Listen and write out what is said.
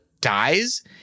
dies